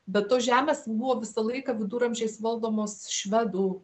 bet tos žemės buvo visą laiką viduramžiais valdomos švedų